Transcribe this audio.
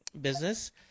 business